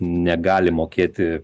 negali mokėti